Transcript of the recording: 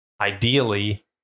ideally